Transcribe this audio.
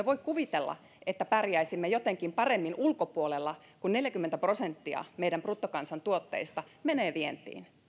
voi kuvitella että pärjäisimme jotenkin paremmin ulkopuolella kun neljäkymmentä prosenttia meidän bruttokansantuotteestamme menee vientiin